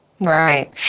Right